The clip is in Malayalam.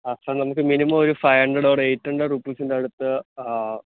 ആ അപ്പോള് നമുക്ക് മിനിമം ഒരു five hundred or eight hundred റുപ്പീസിൻറ്റടുത്ത് ആ